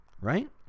right